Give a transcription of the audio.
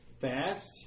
Fast